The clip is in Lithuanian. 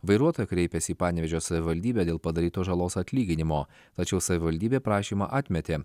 vairuotoja kreipėsi į panevėžio savivaldybę dėl padarytos žalos atlyginimo tačiau savivaldybė prašymą atmetė